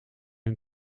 een